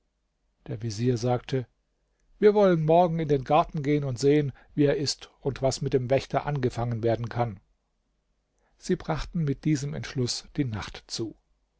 der vezier sagte wir wollen morgen in den garten gehen und sehen wie er ist und was mit dem wächter angefangen werden kann sie brachten mit diesem entschluß die nacht zu